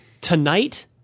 Tonight